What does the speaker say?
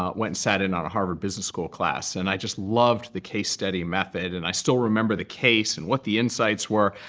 um went sat in on a harvard business school class. and i just loved the case study method. and i still remember the case and what the insights were.